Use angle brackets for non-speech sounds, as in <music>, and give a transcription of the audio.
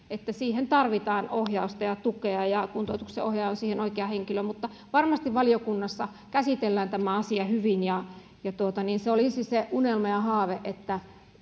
<unintelligible> että siihen tarvitaan ohjausta ja tukea ja kuntoutuksen ohjaaja on siihen oikea henkilö mutta varmasti valiokunnassa käsitellään tämä asia hyvin ja ja se olisi se unelma ja haave että